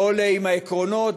לא עולה עם העקרונות,